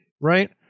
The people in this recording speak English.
right